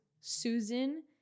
Susan